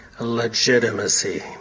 Legitimacy